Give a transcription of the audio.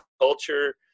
culture